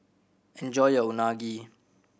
enjoy your Unagi